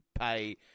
pay